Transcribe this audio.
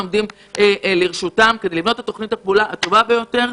עומדים לרשותם כדי לבנות את תוכנית הפעולה הטובה ביותר.